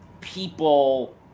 people